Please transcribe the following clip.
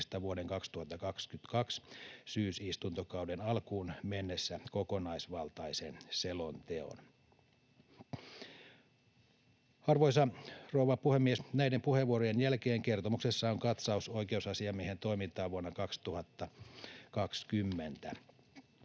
vuoden 2022 syysistuntokauden alkuun mennessä kokonaisvaltaisen selonteon. Arvoisa rouva puhemies! Näiden puheenvuorojen jälkeen kertomuksessa on katsaus oikeusasiamiehen toimintaan vuonna 2020.